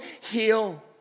heal